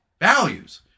values